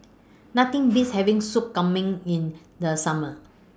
Nothing Beats having Soup Kambing in The Summer